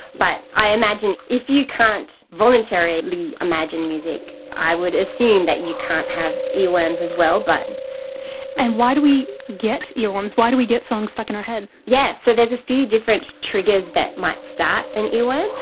but i imagine if you can't voluntarily imagine music, i would assume that you can't have ear worms as well, but, sana qadar and why do we get ear worms, why do we get songs stuck in our head? yeah so there's a few different triggers that might start an ear worm.